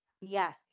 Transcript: Yes